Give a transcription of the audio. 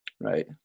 right